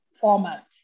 format